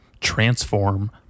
transform